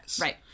Right